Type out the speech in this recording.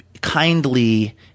kindly